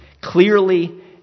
clearly